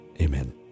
Amen